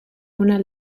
una